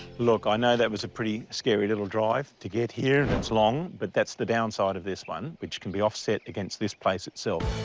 look, i know that was a pretty scary little drive to get here, and it's long, but that's the downside of this one, which can be offset against this place itself.